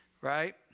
Right